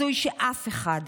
הזוי שאף אחד,